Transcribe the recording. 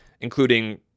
including